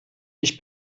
ich